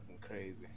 crazy